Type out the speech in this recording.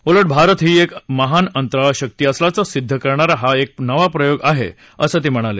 उलट भारत ही एक महान अंतराळ शक्ती असल्याचं सिद्ध करणारा हा एक नवा प्रयोग आहे असं ते म्हणाले